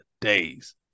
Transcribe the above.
days